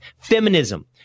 Feminism